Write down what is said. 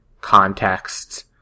context